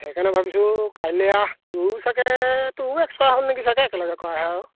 সেইকাৰণে ভাবিছোঁ কাইলৈ আহ তোৰো চাগে তোৰো এক্সপায়াৰ হ'ল নেকি চাগে একেলগে কৰাহে আৰু